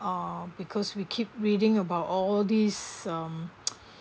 uh because we keep reading about all these um